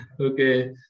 Okay